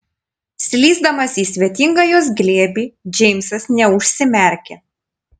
slysdamas į svetingą jos glėbį džeimsas neužsimerkė